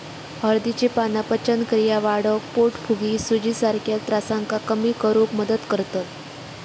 हळदीची पाना पचनक्रिया वाढवक, पोटफुगी, सुजीसारख्या त्रासांका कमी करुक मदत करतत